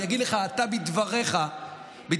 אני אגיד לך, אתה בדבריך אמרת,